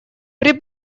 при